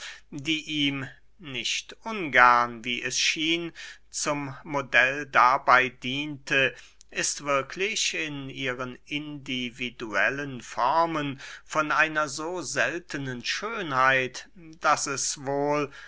es schien zum modell dabey diente ist wirklich in ihren individuellen formen von einer so seltenen schönheit daß es wohl